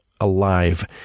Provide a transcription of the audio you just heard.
Alive